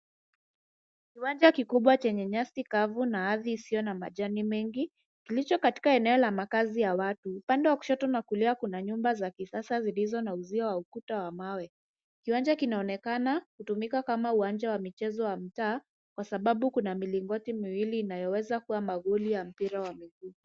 Kiwanja kikubwa chenye nyasi kavu na ardhi isiyo na majani mengi kilicho katika eneo la makazi ya watu. Upande wa kushoto na kulia kuna nyumba za kisasa zilizo na uzio wa ukuta wa mawe. Kiwanja kinaonekana kutumika kama uwanja wa michezo wa mtaa, kwa sababu kuna milingoti miwili inayoweza kuwa magoli ya mpira wa miguu.